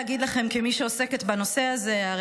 כמי שעוסקת בנושא הזה אני יכולה להגיד לכם,